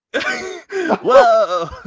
Whoa